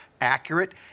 accurate